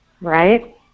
right